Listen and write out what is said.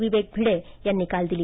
विवेक भिडे यांनी काल दिली